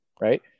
right